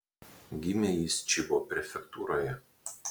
gimė jis čibo prefektūroje